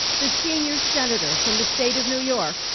the senior senator from the state of new york,